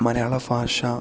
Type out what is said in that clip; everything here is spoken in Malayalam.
മലയാള ഭാഷ